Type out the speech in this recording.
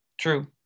True